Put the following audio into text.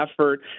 effort